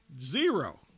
zero